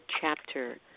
chapter